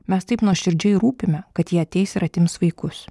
mes taip nuoširdžiai rūpime kad jie ateis ir atims vaikus